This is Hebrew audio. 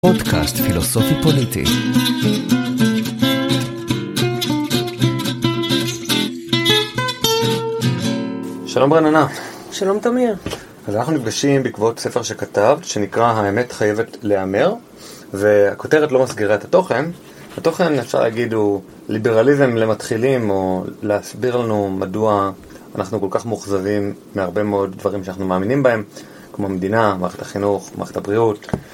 פודקאסט פילוסופי-פוליטי. שלום רננה. שלום תמיר. אז אנחנו נפגשים בעקבות ספר שכתב שנקרא האמת חייבת להיאמר. והכותרת לא מסגירה את התוכן. התוכן אפשר להגיד הוא ליברליזם למתחילים או להסביר לנו מדוע אנחנו כל כך מאוכזבים מהרבה מאוד דברים שאנחנו מאמינים בהם כמו מדינה, מערכת החינוך, מערכת הבריאות.